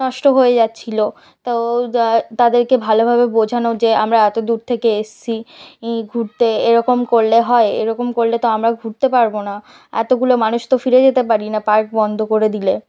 নষ্ট হয়ে যাচ্ছিলো তো তাদেরকে ভালোভাবে বোঝানো যে আমরা এতো দূর থেকে এসেছি ই ঘুরতে এরকম করলে হয় এরকম করলে তো আমরা ঘুরতে পারবো না এতোগুলো মানুষ তো ফিরে যেতে পারি না পার্ক বন্ধ করে দিলে